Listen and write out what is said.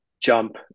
jump